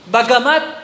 Bagamat